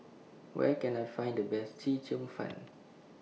Where Can I Find The Best Chee Cheong Fun